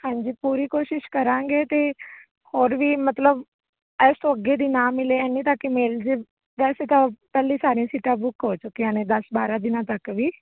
ਹਾਂਜੀ ਪੂਰੀ ਕੋਸ਼ਿਸ਼ ਕਰਾਂਗੇ ਅਤੇ ਹੋਰ ਵੀ ਮਤਲਬ ਇਸ ਤੋਂ ਅੱਗੇ ਦੀ ਨਾ ਮਿਲੇ ਇੰਨੇ ਤੱਕ ਹੀ ਮਿਲਜੇ ਵੈਸੇ ਤਾਂ ਪਹਿਲੇ ਸਾਰੀਆਂ ਸੀਟਾਂ ਬੁੱਕ ਹੋ ਚੁੱਕੀਆਂ ਨੇ ਦਸ ਬਾਰ੍ਹਾਂ ਦਿਨਾਂ ਤੱਕ ਵੀ